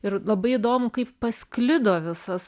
ir labai įdomu kaip pasklido visas